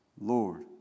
Lord